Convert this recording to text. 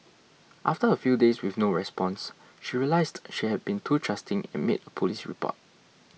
after a few days with no response she realised she had been too trusting and made a police report